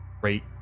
great